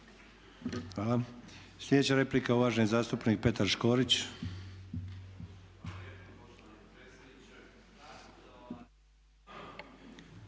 Hvala. Slijedeća replika uvaženi zastupnik Petar Škorić.